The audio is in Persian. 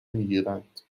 میگیرند